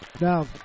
Now